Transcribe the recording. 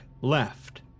left